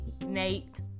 Nate